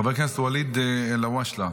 חבר הכנסת ואליד אלהואשלה.